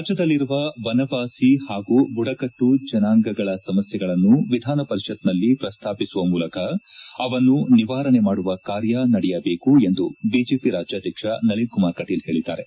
ರಾಜ್ಯದಲ್ಲಿರುವ ವನವಾಸಿ ಹಾಗೂ ಬುಡಕಟ್ಟು ಜನಾಂಗಗಳ ಸಮಸ್ಥೆಗಳನ್ನು ವಿಧಾನ್ ಪರಿಷತ್ನಲ್ಲಿ ಪ್ರಸ್ತಾಪಿಸುವ ಮೂಲಕ ಅವನ್ನು ನಿವಾರಣೆ ಮಾಡುವ ಕಾರ್ಯ ನಡೆಯ ಬೇಕು ಎಂದು ಬಿಜೆಪಿ ರಾಜ್ಕಾದ್ಯಕ್ಷ ನಳಿನ್ ಕುಮಾರ್ ಕಟೀಲ್ ಹೇಳಿದ್ದಾರೆ